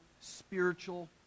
spiritual